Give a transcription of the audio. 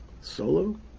Solo